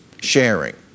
Sharing